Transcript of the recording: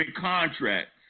contracts